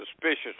suspicious